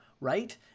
right